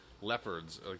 Leopards